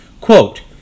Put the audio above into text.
Quote